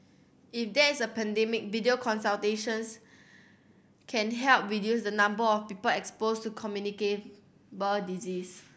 if there is a pandemic video consultations can help reduce the number of people exposed to communicable disease